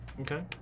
Okay